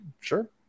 Sure